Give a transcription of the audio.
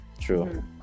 true